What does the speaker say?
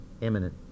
imminent